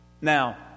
Now